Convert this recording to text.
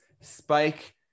Spike